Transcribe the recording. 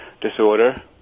disorder